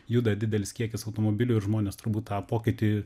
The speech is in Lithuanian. juda didelis kiekis automobilių ir žmonės turbūt tą pokytį